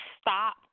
stop